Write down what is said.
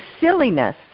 silliness